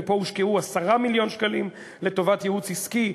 ופה הושקעו 10 מיליון שקלים לטובת ייעוץ עסקי,